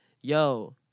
Yo